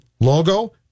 Logo